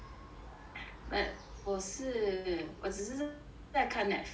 but 我是我只是在看 Netflix